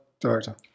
director